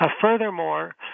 Furthermore